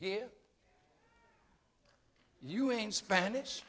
here you in spanish